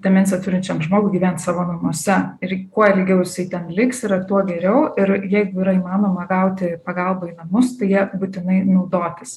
demensiją turinčiam žmogui gyvent savo namuose ir kuo ilgiau jisai ten liks yra tuo geriau ir jeigu yra įmanoma gauti pagalbą į namus tai ja būtinai naudotis